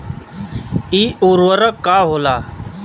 इ उर्वरक का होला?